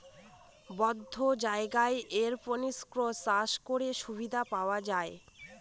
বদ্ধ জায়গায় এরপনিক্স চাষ করে সুবিধা পাওয়া যায়